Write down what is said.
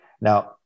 Now